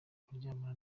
kuryamana